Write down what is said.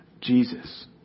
Jesus